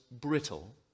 brittle